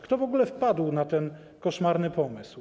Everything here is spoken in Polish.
Kto w ogóle wpadł na ten koszmarny pomysł?